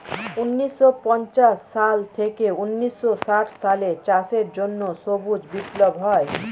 ঊন্নিশো পঞ্চাশ সাল থেকে ঊন্নিশো ষাট সালে চাষের জন্য সবুজ বিপ্লব হয়